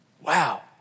Wow